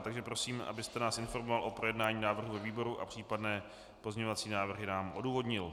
Takže prosím, abyste nás informoval o projednání návrhu ve výboru a případné pozměňovací návrhy nám odůvodnil.